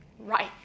right